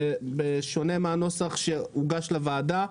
בשונה מהנוסח שהוגש לוועדה,